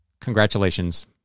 congratulations